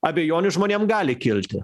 abejonių žmonėm gali kilti